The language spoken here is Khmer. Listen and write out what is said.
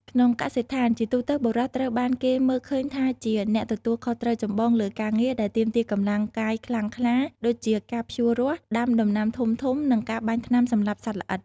ក្នុងកសិដ្ឋាន ជាទូទៅ បុរសត្រូវបានគេមើលឃើញថាជាអ្នកទទួលខុសត្រូវចម្បងលើការងារដែលទាមទារកម្លាំងកាយខ្លាំងក្លា ដូចជាការភ្ជួររាស់ ដាំដំណាំធំៗ និងការបាញ់ថ្នាំសម្លាប់សត្វល្អិត។